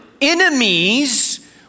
enemies